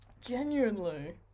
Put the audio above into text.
Genuinely